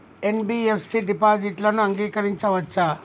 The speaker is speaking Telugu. ఎన్.బి.ఎఫ్.సి డిపాజిట్లను అంగీకరించవచ్చా?